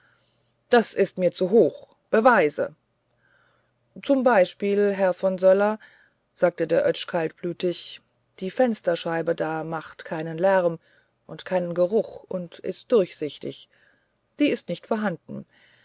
das is mir zu hoch beweise zum beispiel herr von söller sagt der oetsch kaltblütig die fensterscheibe da macht keinen lärm und keinen geruch und ist durchsichtig die ist nicht vorhanden